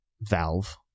Valve